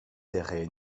seraient